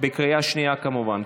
בקריאה שנייה, כמובן.